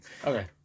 Okay